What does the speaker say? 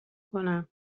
کنم